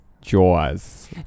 Jaws